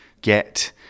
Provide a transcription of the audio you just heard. get